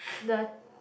the